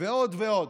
ועוד ועוד,